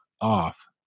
off